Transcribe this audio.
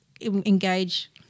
engage